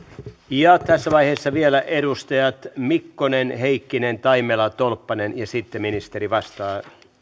tässä aiheessa vielä edustajat mikkonen heikkinen taimela tolppanen ja sitten ministeri vastaa